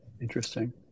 interesting